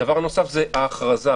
דבר נוסף, ההכרזה.